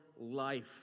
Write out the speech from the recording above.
life